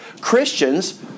Christians